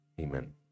amen